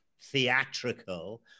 theatrical